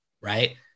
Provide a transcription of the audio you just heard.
right